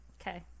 okay